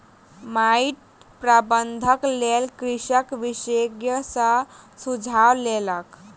माइट प्रबंधनक लेल कृषक विशेषज्ञ सॅ सुझाव लेलक